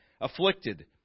afflicted